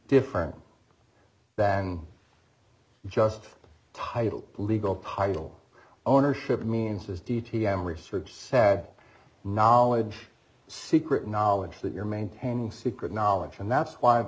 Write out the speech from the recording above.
different than just title legal partial ownership means is de t m research sad knowledge secret knowledge that you're maintaining secret knowledge and that's why